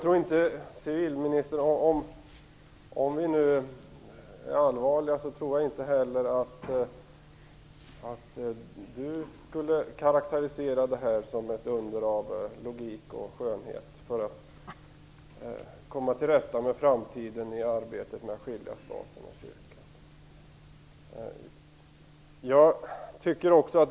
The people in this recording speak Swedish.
Om vi nu är allvarliga tror jag inte heller att civilministern skulle karakterisera det här som ett under av logik och skönhet för att i framtiden komma till rätta med problemen i arbetet med att skilja staten och kyrkan.